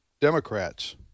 Democrats